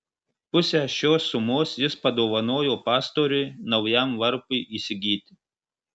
pusę šios sumos jis padovanojo pastoriui naujam varpui įsigyti